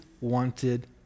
wanted